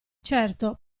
certo